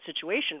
situation